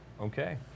Okay